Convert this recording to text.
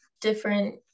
different